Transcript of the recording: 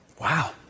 Wow